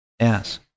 Yes